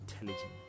intelligent